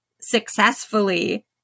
successfully